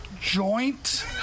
Joint